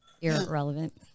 Irrelevant